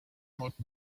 about